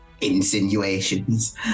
insinuations